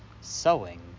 sewing